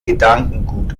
gedankengut